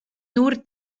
nur